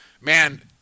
man